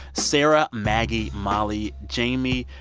sarah, maggie, molly, jamie,